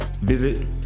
visit